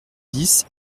dix